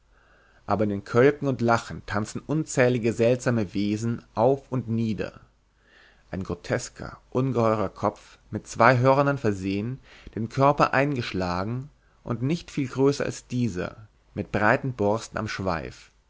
aber in den kölken und lachen tanzen unzählige seltsame wesen auf und nieder ein grotesker ungeheurer kopf mit zwei hörnern versehen der körper eingeschlagen und nicht viel größer als dieser mit breiten borsten am schweif